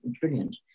brilliant